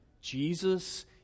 Jesus